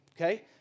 Okay